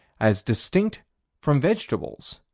as distinct from vegetables,